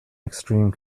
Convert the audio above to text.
extreme